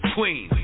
Queen